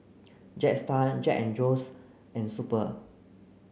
Jetstar Jack and Jones and Super